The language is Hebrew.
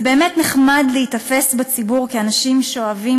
זה באמת נחמד להיתפס בציבור כאנשים שאוהבים